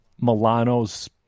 Milano's